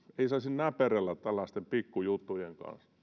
näperrellä tällaisten pikkujuttujen kanssa